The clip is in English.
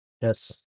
yes